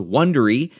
Wondery